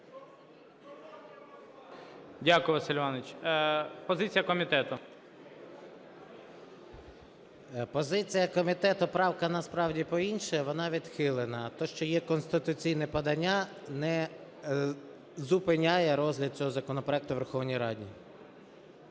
Дякую, Василь Іванович. Позиція комітету. 13:03:15 СОЛЬСЬКИЙ М.Т. Позиція комітету: правка насправді про інше, вона відхилена. Те, що є конституційне подання, не зупиняє розгляд цього законопроекту у Верховній Раді.